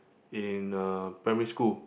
in uh primary school